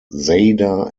zadar